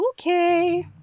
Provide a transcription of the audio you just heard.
okay